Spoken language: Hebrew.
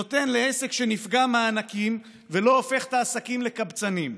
שנותן לעסק שנפגע מענקים ולא הופך את העסקים לקבצנים.